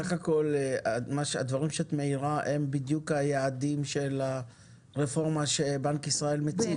בסך הכל הדברים שאת מעירה הם בדיוק היעדים של הרפורמה שבנק ישראל מציג.